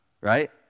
right